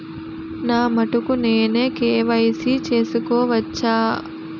నా మటుకు నేనే కే.వై.సీ చేసుకోవచ్చా?